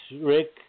Rick